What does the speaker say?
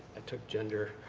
took gender